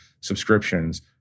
subscriptions